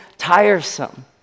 tiresome